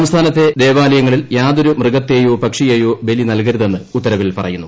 സംസ്ഥാനത്തെ ദേവാലയങ്ങളിൽ യാതൊരു മൃഗത്തെയോ പക്ഷിയെയോ ബലി നൽകരുതെന്ന് ഉത്തരവിൽ പറയുന്നു